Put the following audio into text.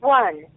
one